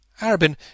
Arabin